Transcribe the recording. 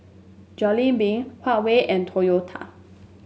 Jollibee Huawei and Toyota